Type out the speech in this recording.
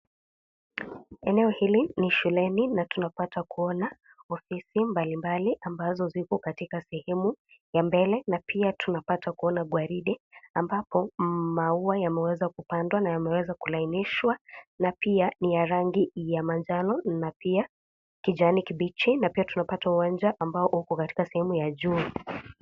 Eneo hili ni shuleni na tunapata kuona ofisi mbalimbali ambazo ziko katika sehemu ya mbele na pia, tunapata kuona gwaride ambapo maua yameweza kupandwa na yameweza kulainishwa na pia ni ya rangi ya manjano na pia kijani kibichi na pia tupata uwanja ambao uko sehemu ya juu.